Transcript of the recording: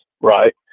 Right